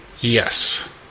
Yes